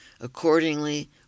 Accordingly